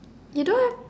you don't have